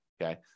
okay